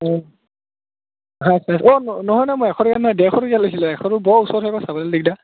অঁ আচ্ছা অ' নহয় নহয় মই এশ টকীয়াত নাই ডেৰশ টকীয়াত লৈছিলোঁ এশটো বৰ ওচৰত হয় আকৌ চাবলৈ দিগদাৰ